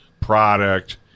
product